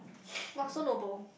[wah] so noble